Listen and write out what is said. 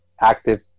active